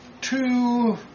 two